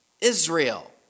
Israel